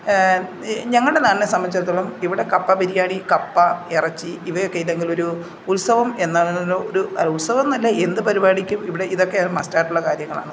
ഞങ്ങളുടെ നാടിനെ സംബന്ധിച്ചിടത്തോളം ഇവിടെ കപ്പ ബിരിയാണി കപ്പ ഇറച്ചി ഇവയൊക്കെ ഇല്ലെങ്കിലൊരു ഉത്സവം എന്നെന്നൊരു ഉത്സവമെന്നല്ല എന്തു പരിപാടിക്കും ഇവിടെ ഇതൊക്കെ മസ്റ്റായിട്ടുള്ള കാര്യങ്ങളാണ്